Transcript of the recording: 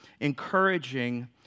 encouraging